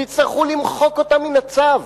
תצטרכו למחוק אותן מן הצו.